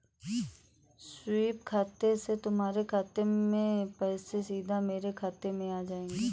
SVEEP खाते से तुम्हारे खाते से पैसे सीधा मेरे खाते में आ जाएंगे